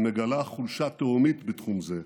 היא מגלה חולשה תהומית בתחום זה,